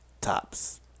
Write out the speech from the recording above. tops